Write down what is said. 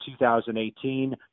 2018